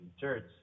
church